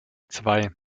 zwei